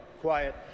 Quiet